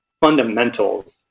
fundamentals